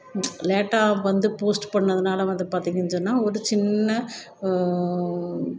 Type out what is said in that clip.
லேட்டாக வந்து போஸ்ட் பண்ணதுனால வந்து பார்த்தீங்கன்னு சொன்னா ஒரு சின்ன